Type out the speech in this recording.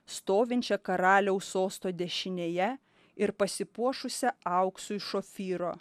stovinčią karaliaus sosto dešinėje ir pasipuošusią auksu iš ofyro